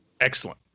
Excellent